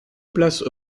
place